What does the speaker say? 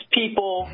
people